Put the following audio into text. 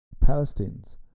Palestinians